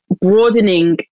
broadening